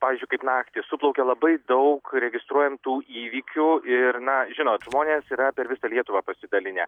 pavyzdžiui kaip naktį suplaukia labai daug registruojantų įvykių ir na žinot žmonės yra per visą lietuvą pasidalinę